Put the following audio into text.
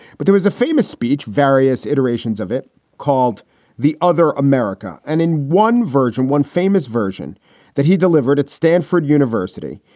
but there was a famous speech, various iterations of it called the other america. and in one version, one famous version that he delivered at stanford university,